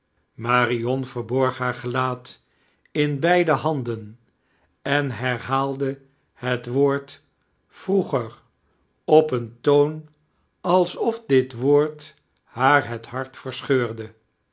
marion verborg haar gelaat in beide handen en herhaalde het woord vroeger op een toon alsof dit woord haar het hart verscheurde